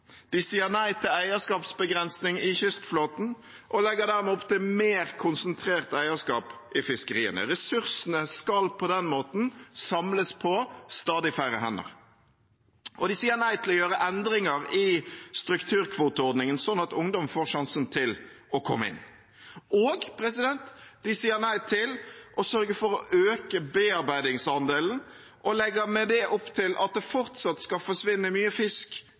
De sier nei til eierskapsbegrensning i kystflåten og legger dermed opp til mer konsentrert eierskap i fiskeriene. Ressursene skal på den måten samles på stadig færre hender. De sier nei til å endre strukturkvoteordningen slik at ungdom får sjansen til å komme inn. De sier nei til å sørge for å øke bearbeidingsandelen og legger med det opp til at det fortsatt skal forsvinne mye fisk